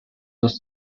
was